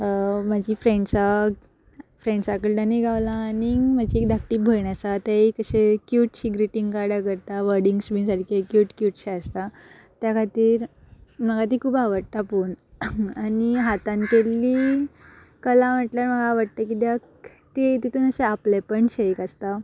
म्हजी फ्रेंड्सा फ्रेंड्सां कडल्यानय गावला आनीग म्हाजी एक धाकटी भयण आसा तेय एक अशें क्यूटशी ग्रिटींग कार्ड करता वर्डिंग्स बीन सारके क्यूट क्यूटशें आसता त्या खातीर म्हाका ती खूब आवडटा पोवन आनी हातान केल्ली कला म्हटल्यार म्हाका आवडटा कित्याक ती तितून अशें आपलेंपण शे एक आसता